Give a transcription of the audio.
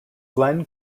glen